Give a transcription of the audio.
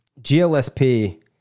GLSP